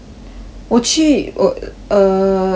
我去我 err !hannor!